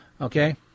okay